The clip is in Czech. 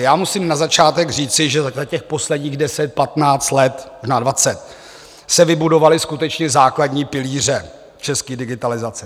Já musím na začátek říci, že za těch posledních 10, 15 let, možná 20, se vybudovaly skutečně základní pilíře české digitalizace.